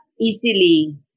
easily